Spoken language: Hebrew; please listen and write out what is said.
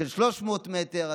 של 300 מטר.